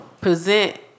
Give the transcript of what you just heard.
present